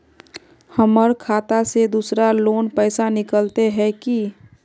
हमर खाता से दूसरा लोग पैसा निकलते है की?